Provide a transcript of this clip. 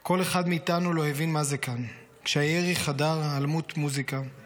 כל אחד מאיתנו לא הבין מה זה כאן / כשהירי חדר הלמות מוזיקה /